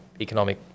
economic